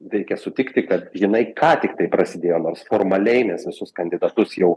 reikia sutikti kad jinai ką tik tai prasidėjo nors formaliai nes visus kandidatus jau